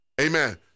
Amen